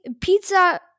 pizza